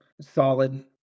solid